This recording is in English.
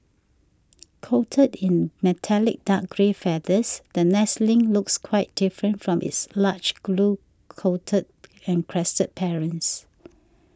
coated in metallic dark grey feathers the nestling looks quite different from its large blue coated and crested parents